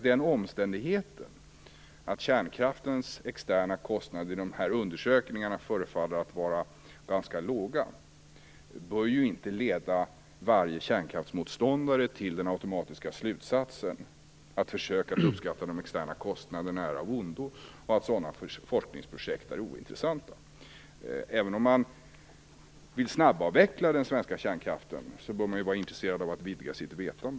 Men omständigheten att kärnkraftens externa kostnader i undersökningarna förefaller vara ganska låga bör inte leda varje kärnkraftsmotståndare till den automatiska slutsatsen att försök att uppskatta de externa kostnaderna är av ondo och ointressanta. Även om man vill snabbavveckla den svenska kärnkraften bör man vara intresserad av att vidga sitt vetande.